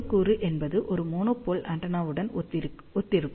ஒரு கூறு என்பது ஒரு மோனோபோல் ஆண்டெனாவுடன் ஒத்திருக்கும்